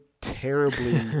terribly